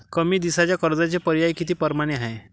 कमी दिसाच्या कर्जाचे पर्याय किती परमाने हाय?